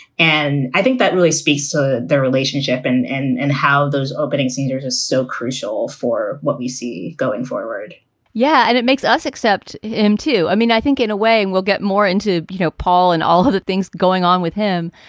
and i think that really speaks to their relationship and and how those opening cedar's is so crucial for what we see going forward yeah. and it makes us accept him, too. i mean, i think in a way we'll get more into, you know, paul and all of the things going on with him.